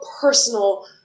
personal